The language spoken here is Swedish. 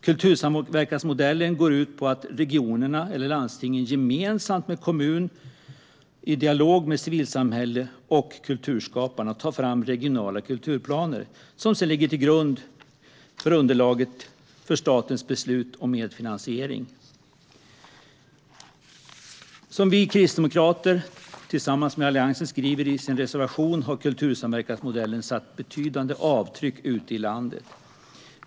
Kultursamverkansmodellen går ut på att regionerna eller landstingen gemensamt med kommunerna och i dialog med civilsamhället och kulturskapare tar fram regionala kulturplaner som sedan blir underlag för statens beslut om medfinansiering. Vi kristdemokrater skriver tillsammans med resten av Alliansen i vår reservation att "kultursamverkansmodellen har satt betydande avtryck ute i landet.